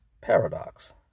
paradox